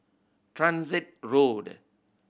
Transit Road